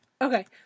Okay